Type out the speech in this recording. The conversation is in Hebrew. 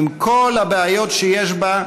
עם כל הבעיות שיש בה,